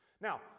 Now